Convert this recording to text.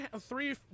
three